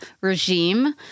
regime